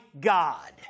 God